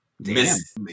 Miss